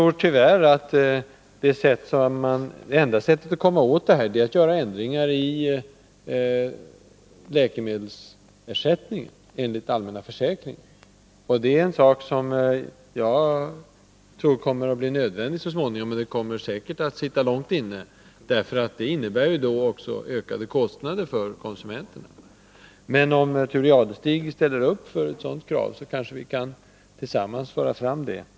Jag tror att enda sättet att komma åt det här, är att göra ändringar i läkemedelsersättningen enligt den allmänna försäkringen. Det är en sak som kommer att bli nödvändig så småningom, men det kommer säkert att sitta långt inne — det innebär också ökade kostnader för konsumenterna. Om Thure Jadestig ställer sig bakom ett sådant krav kanske vi tillsammans kan föra fram det.